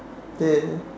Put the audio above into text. ya